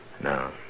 No